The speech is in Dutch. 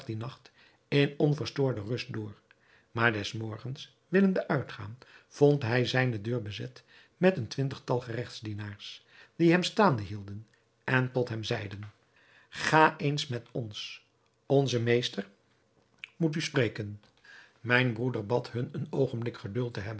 in onverstoorde rust door maar des morgens willende uitgaan vond hij zijne deur bezet met een twintigtal geregtsdienaars die hem staande hielden en tot hem zeiden ga eens met ons onze meester moet u spreken mijn broeder bad hun een oogenblik geduld te